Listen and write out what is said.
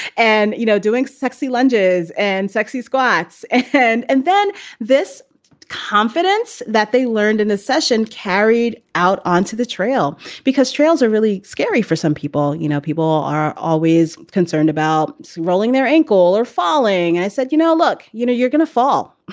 and, you know, doing sexy lunges and sexy squats and and then this confidence that they learned in this session carried out onto the trail because trails are really scary for some people. you know, people are always concerned about rolling their ankle or falling. i said, you know, look, you know, you're gonna fall.